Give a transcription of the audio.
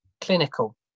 clinical